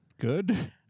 Good